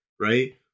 right